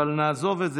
אבל נעזוב את זה.